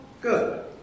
good